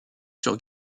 sur